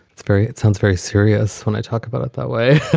it's very it sounds very serious when i talk about it that way